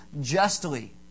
justly